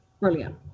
Brilliant